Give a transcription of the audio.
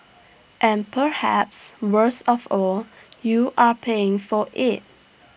and perhaps worst of all you are paying for IT